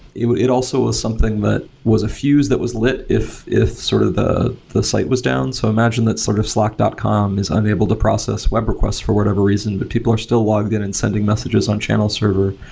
it it also was something that was a fuse that was lit if if sort of the the site was down. so imagine that sort of slack dot com is unable to process web requests for whatever reason, but people are still logged in and sending messages on channel server.